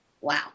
wow